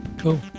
Cool